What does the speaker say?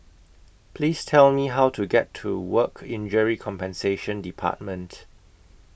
Please Tell Me How to get to Work Injury Compensation department